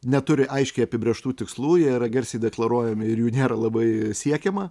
neturi aiškiai apibrėžtų tikslų jie yra garsiai deklaruojami ir jų nėra labai siekiama